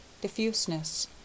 Diffuseness